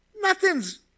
nothing's